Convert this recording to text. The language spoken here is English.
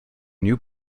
new